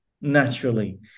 naturally